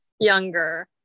younger